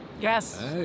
Yes